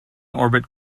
orbit